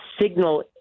signal